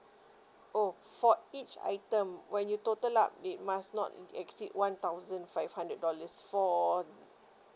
oh for each item when you total up it must not exceed one thousand five hundred dollars for